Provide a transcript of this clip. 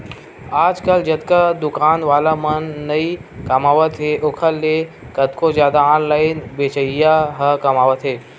आजकल जतका दुकान वाला मन नइ कमावत हे ओखर ले कतको जादा ऑनलाइन बेचइया ह कमावत हें